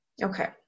Okay